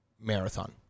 marathon